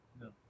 no